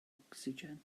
ocsigen